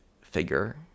figure